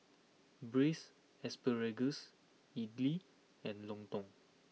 Braised Asparagus Idly and Lontong